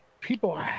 people